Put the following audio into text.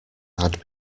had